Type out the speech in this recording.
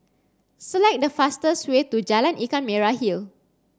select the fastest way to Jalan Ikan Merah Hill